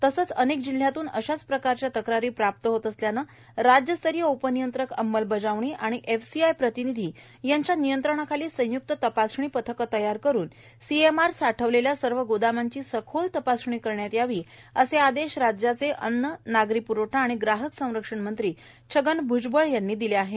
तसेच अनेक जिल्ह्यातून अशाच प्रकारच्या तक्रारी प्राप्त होत असल्याने राज्यस्तरीय उपनियंत्रक अंमलबजावणी आणि एफसीआय प्रतिनिधी यांच्या नियंत्रणाखाली संयुक्त तपासणी पथके तयार करून सीएमआर साठवलेल्या सर्व गोदामांची सखोल तपासणी करण्यात यावी असे आदेश राज्याचे अन्न नागरी प्रवठा व ग्राहक संरक्षण मंत्री छगन भ्जबळ यांनी दिले आहेत